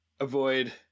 avoid